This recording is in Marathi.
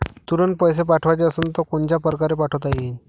तुरंत पैसे पाठवाचे असन तर कोनच्या परकारे पाठोता येईन?